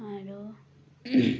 আৰু